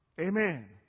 Amen